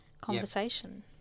conversation